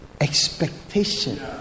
expectation